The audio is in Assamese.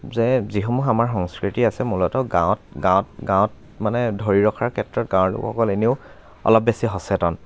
যে যিসমূহ আমাৰ সংস্কৃতি আছে মূলত গাঁৱত গাঁৱত গাঁৱত মানে ধৰি ৰখাৰ ক্ষেত্ৰত গাঁৱৰ লোকসকল এনেইও অলপ বেছি সচেতন